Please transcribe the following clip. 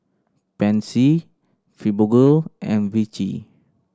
Pansy Fibogel and Vichy